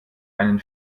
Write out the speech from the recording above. einen